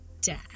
dad